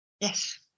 Yes